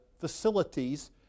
facilities